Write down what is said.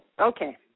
okay